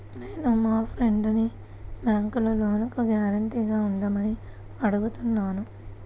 నేను మా ఫ్రెండ్సుని బ్యేంకులో లోనుకి గ్యారంటీగా ఉండమని అడుగుతున్నాను